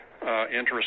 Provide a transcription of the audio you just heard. interest